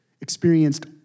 experienced